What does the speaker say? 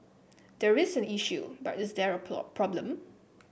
there is an issue but is there a problem